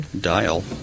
dial